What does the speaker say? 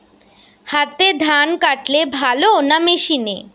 হাতে ধান কাটলে ভালো না মেশিনে?